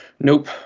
Nope